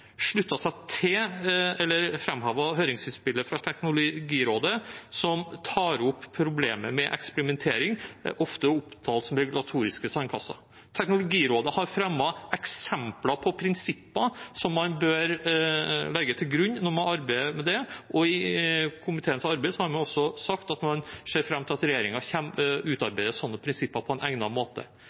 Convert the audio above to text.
fra Teknologirådet, som tar opp problemet med eksperimentering, ofte omtalt som regulatoriske sandkasser. Teknologirådet har fremmet eksempler på prinsipper som man bør legge til grunn når man arbeider med det. I komiteens arbeid har man også sagt at man ser fram til at regjeringen utarbeider slike prinsipper på en egnet måte.